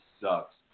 sucks